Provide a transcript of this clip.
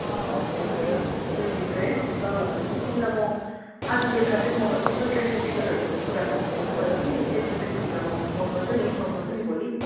अँ एकदिन दुईदिन चाहिँ है ल ल भने पछि तिमीलाई म आज बेलुका चाहिँ म यसो ट्रेनको टिकटहरूको कुरा गर्छु कि त्यस पछाडि तिमीलाई मो फोन गर्छु नि इन्फर्म गर्छु नि भोलि